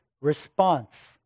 response